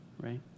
right